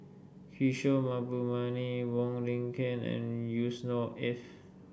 Kishore Mahbubani Wong Lin Ken and Yusnor Ef